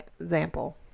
example